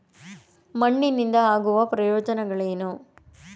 ಮಣ್ಣಿನಿಂದ ಆಗುವ ಪ್ರಯೋಜನಗಳೇನು?